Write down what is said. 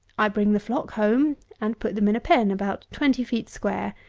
i bring the flock home, and put them in a pen, about twenty feet square,